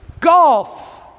golf